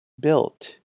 built